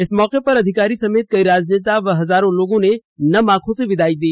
इस मौके पर अधिकारी समेत कई राजनेता व हजारों लोगों ने नम आंखों से विदाई दी